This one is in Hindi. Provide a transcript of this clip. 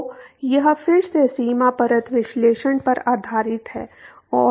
तो यह फिर से सीमा परत विश्लेषण पर आधारित है और